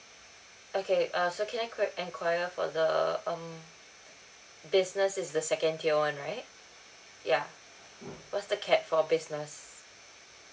okay uh so can I qui~ enquire for the um business is the second tier [one] right ya mm what's the cap for business